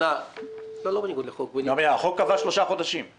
לפעילות הפיתוח של התוכנה שתאפשר את החיבור